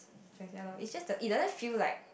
it's just the it doesn't feel like